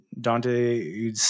Dante